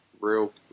real